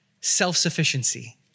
self-sufficiency